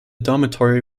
dormitory